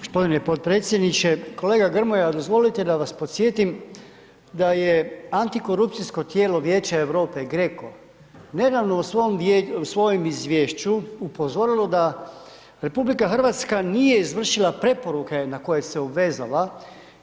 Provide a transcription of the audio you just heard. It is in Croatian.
Gospodine potpredsjedniče, kolega Grmoja, dozvolite da vas podsjetim da je antikorupcijsko tijelo Vijeće Europe, GRECO nedavno u svojem izvješću upozorilo da RH nije izvršila preporuke na koje se je obvezala